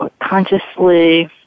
consciously